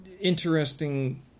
Interesting